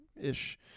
ish